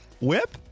Whip